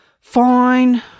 Fine